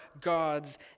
God's